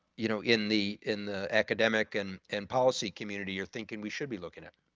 you know, in the in the academic and and policy community are thinking we should be looking at.